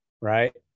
right